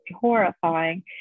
horrifying